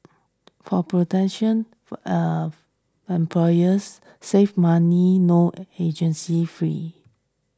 for potential eh employers save money no agency fees